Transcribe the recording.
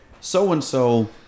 so-and-so